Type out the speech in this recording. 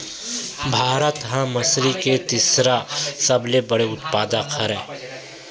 भारत हा मछरी के तीसरा सबले बड़े उत्पादक हरे